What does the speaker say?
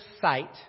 sight